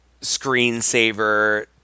screensaver